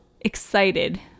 excited